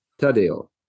Tadeo